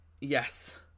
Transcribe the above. Yes